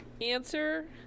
Answer